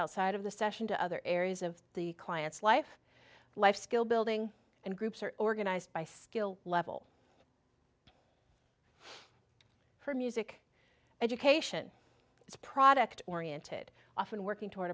outside of the session to other areas of the client's life life skill building and groups are organized by skill level for music education product oriented often working toward